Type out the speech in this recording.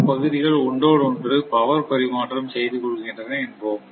இந்தப்பகுதிகள் ஒன்றோடு ஒன்று பவர் பரிமாற்றம் செய்து கொள்கின்றன என்போம்